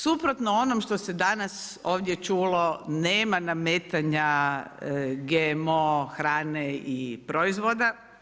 Suprotno onom što se danas ovdje čulo nema nametanja GMO hrane i proizvoda.